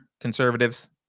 conservatives